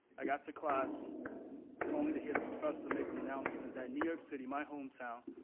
i got to class only to hear the professor make an announcement that new york city, my hometown,